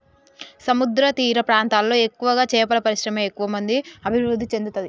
సముద్రతీర ప్రాంతాలలో ఎక్కువగా చేపల పరిశ్రమ ఎక్కువ అభివృద్ధి చెందుతది